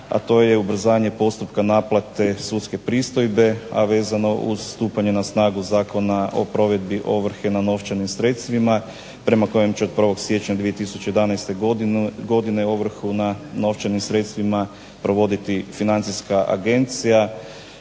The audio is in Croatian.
a to je ubrzanje postupka naplate sudske pristojbe, a vezano uz stupanje na snagu Zakona o provedbi ovrhe na novčanim sredstvima, prema kojem će od 1. siječnja 2011. godine ovrhu na novčanim sredstvima provoditi financijska agencija.